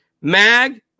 Mag